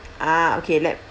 ah okay let